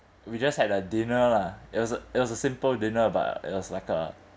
we just had a dinner lah it was a it was a simple dinner but it was like a